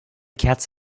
cats